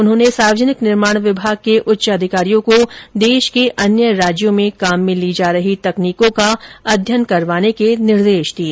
उन्होंने सार्वजनिक निर्माण विभाग के उच्च अधिकारियों को देश के अन्य राज्यों में काम में ली जा रही तकनीकों का अध्ययन करवाने के निर्देश दिए